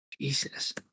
Jesus